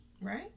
Right